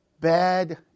bad